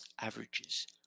averages